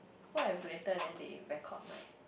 what if later then they record my